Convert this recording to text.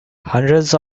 hundreds